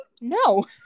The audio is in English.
No